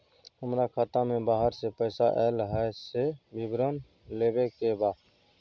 हमरा खाता में बाहर से पैसा ऐल है, से विवरण लेबे के बा?